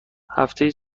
هفتهای